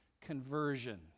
conversion